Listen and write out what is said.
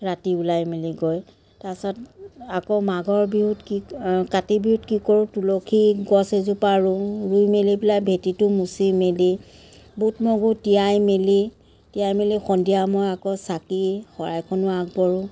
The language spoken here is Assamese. ৰাতি ওলাই মেলি গৈ তাৰপাছত আকৌ মাঘৰ বিহুত কি কাতি বিহুত কি কৰোঁ তুলসী গছ এজোপা ৰোওঁ ৰুই মেলি পেলাই ভেটিটো মুচি মেলি বুট মগু তিয়াই মেলি তিয়াই মেলি সন্ধিয়া সময়ত আকৌ চাকি শৰাইখনো আগবঢ়ো